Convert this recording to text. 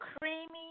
creamy